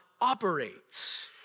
operates